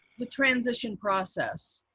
the transition process,